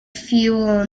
fuel